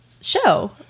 show